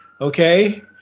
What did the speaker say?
okay